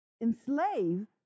enslave